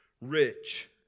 rich